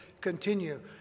continue